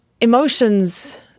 emotions